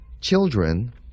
children